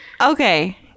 Okay